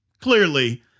clearly